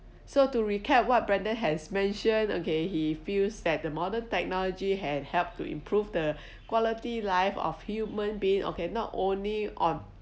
so to recap what brendan has mentioned okay he feels that the modern technology has helped to improve the quality life of human being okay not only on